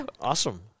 Awesome